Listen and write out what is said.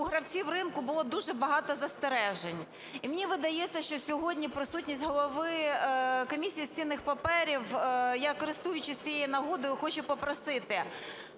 у гравців ринку було дуже багато застережень. І, мені видається, що сьогодні присутність голови Комісії з цінних паперів, я, користуючись цією нагодою, хочу попросити.